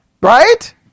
Right